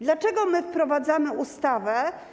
Dlaczego wprowadzamy ustawę?